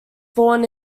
born